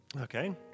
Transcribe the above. Okay